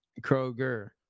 Kroger